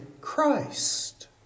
Christ